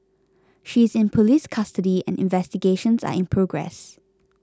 she is in police custody and investigations are in progress